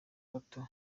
gato